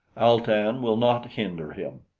al-tan will not hinder him.